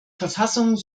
verfassung